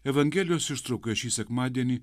evangelijos ištrauka šį sekmadienį